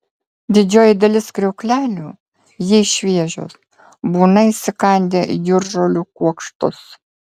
didžioji dalis kriauklelių jei šviežios būna įsikandę jūržolių kuokštus